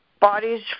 bodies